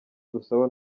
dusaba